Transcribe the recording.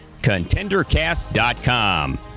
ContenderCast.com